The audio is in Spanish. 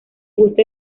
gusta